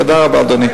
תודה רבה, אדוני.